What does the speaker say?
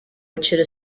wichita